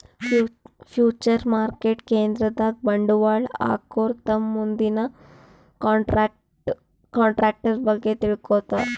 future market ಕೇಂದ್ರದಾಗ್ ಬಂಡವಾಳ್ ಹಾಕೋರು ತಮ್ ಮುಂದಿನ ಕಂಟ್ರಾಕ್ಟರ್ ಬಗ್ಗೆ ತಿಳ್ಕೋತಾರ್